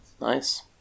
Nice